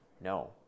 No